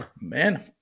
man